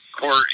Court